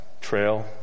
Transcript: Trail